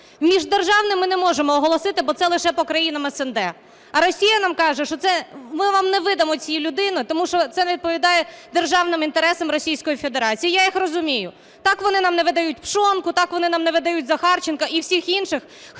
міждержавний ми не можемо оголосити, бо це лише по країнах СНД, а Росія нам каже, що "ми вам не видамо цю людину, тому що це не відповідає державним інтересам Російської Федерації". І я їх розумію. Так вони нам не видають Пшонку, так вони нам не видають Захарченка і всіх інших,